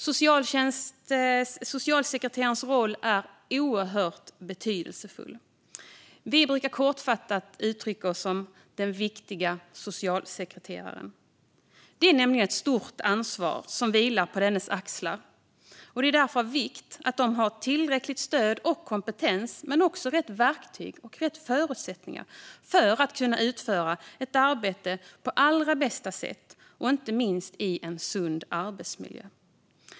Socialsekreterarens roll är oerhört betydelsefull. Vi brukar kortfattat utrycka det som "den viktiga socialsekreteraren". Det är nämligen ett stort ansvar som vilar på socialsekreterarnas axlar, och det är därför av vikt att de har tillräckligt stöd och kompetens men också rätt verktyg och rätt förutsättningar för att kunna utföra sitt arbete på allra bästa sätt, inte minst i en sund arbetsmiljö.